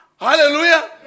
Hallelujah